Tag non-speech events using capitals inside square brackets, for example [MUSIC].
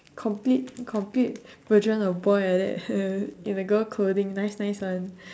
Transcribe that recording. complete complete version of boy like that [LAUGHS] in a girl clothing nice nice [one]